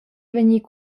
vegnir